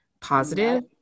positive